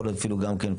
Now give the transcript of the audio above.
יכול להיות אפילו גם כן,